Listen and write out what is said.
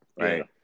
right